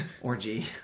Orgy